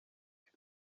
cyo